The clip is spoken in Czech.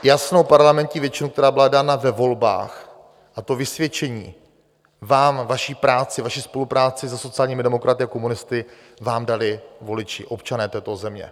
... jasnou parlamentní většinu, která nám byla dána ve volbách, a to vysvědčení vám, vaší práci, vaší spolupráci se sociálními demokraty a komunisty, vám dali voliči, občané této země.